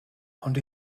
ond